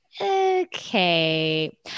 okay